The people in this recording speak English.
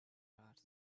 hours